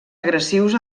agressius